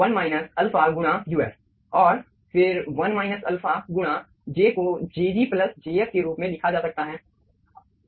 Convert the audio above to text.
1 minus α गुणा uf और फिर 1 अल्फा गुणा j को jg प्लस jf के रूप में लिखा जा सकता है है